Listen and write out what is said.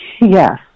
Yes